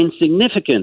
insignificant